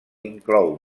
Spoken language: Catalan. inclou